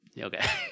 Okay